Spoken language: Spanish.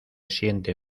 siente